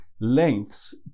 lengths